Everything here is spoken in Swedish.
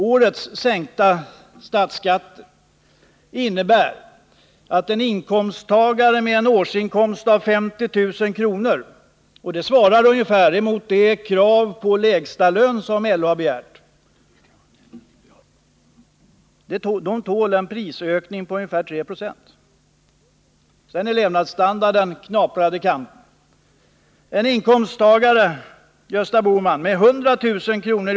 Årets sänkta statsskatter innebär att en inkomsttagare med en årsinkomst på 50 000 kr. — det svarar ungefär mot LO:s krav på lägsta lön — tål en prisökning på ca 3 Zo. Sedan är levnadsstandarden knaprad i kanten. En inkomsttagare med 100 000 kr.